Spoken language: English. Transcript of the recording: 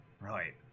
Right